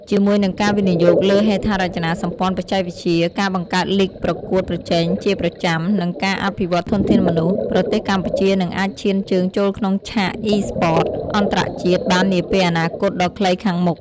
ជាមួយនឹងការវិនិយោគលើហេដ្ឋារចនាសម្ព័ន្ធបច្ចេកវិទ្យា ការបង្កើតលីគប្រកួតប្រជែងជាប្រចាំ និងការអភិវឌ្ឍធនធានមនុស្ស ប្រទេសកម្ពុជានឹងអាចឈានជើងចូលក្នុងឆាក Esports អន្តរជាតិបាននាពេលអនាគតដ៏ខ្លីខាងមុខ។